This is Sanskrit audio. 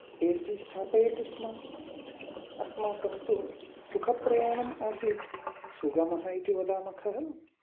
एसि स्थापयति स्म अस्माकं तु सुखप्रयाणम् आसीत् सुगमः इति वदामः खलु